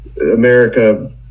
america